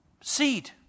seed